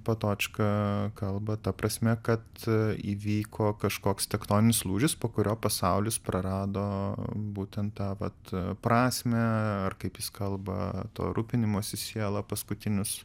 patočka kalba ta prasme kad įvyko kažkoks tektoninis lūžis po kurio pasaulis prarado būtent tą vat prasmę ar kaip jis kalba to rūpinimosi siela paskutinius